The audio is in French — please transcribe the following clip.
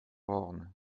orne